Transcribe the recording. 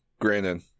granted